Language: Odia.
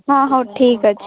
ହଁ ହଉ ଠିକ୍ ଅଛି